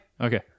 Okay